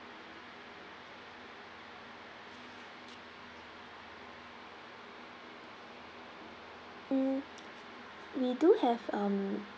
mm we do have um